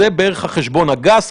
זה בערך החשבון הגס.